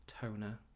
toner